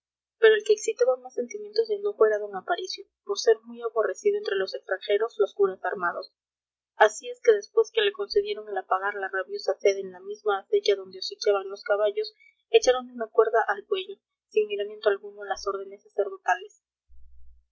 pero el que excitaba más sentimientos de enojo era d aparicio por ser muy aborrecidos entre los extranjeros los curas armados así es que después que le concedieron el apagar la rabiosa sed en la misma acequia donde hociqueaban los caballos echáronle una cuerda al cuello sin miramiento alguno a las órdenes sacerdotales